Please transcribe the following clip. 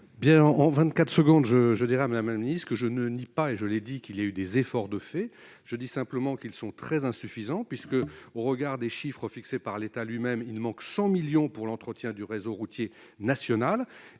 en 24 secondes je, je dirais même la même liste que je ne nie pas et je l'ai dit qu'il y a eu des efforts de faits, je dis simplement qu'ils sont très insuffisants, puisque au regard des chiffres fixés par l'État lui-même, il manque 100 millions pour l'entretien du réseau routier national